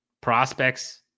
prospects